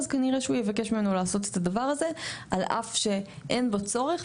אז כנראה שהוא יבקש ממנו לעשות את הדבר הזה על אף שאין בו צורך.